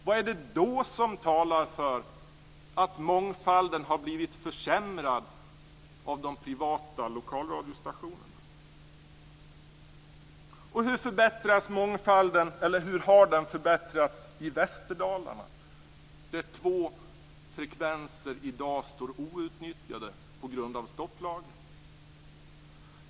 Vad är det då som talar för att mångfalden har blivit försämrad av de privata lokalradiostationerna? Hur har mångfalden förbättrats i Västerdalarna där två frekvenser i dag är outnyttjade på grund av stopplagen?